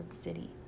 City